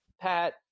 Pat